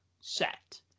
set